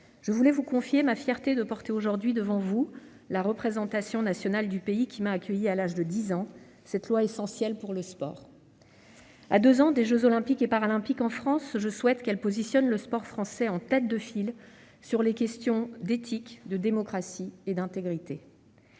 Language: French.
anniversaire vous confier ma fierté de présenter devant la représentation nationale du pays qui m'a accueillie à l'âge de 10 ans cette proposition de loi essentielle pour le sport. À deux ans des jeux Olympiques et Paralympiques de Paris, je souhaite que ce texte positionne le sport français en tête de file sur les questions d'éthique, de démocratie et d'intégrité.